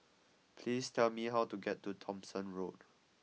please tell me how to get to Thomson Road